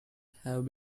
have